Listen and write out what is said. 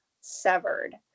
severed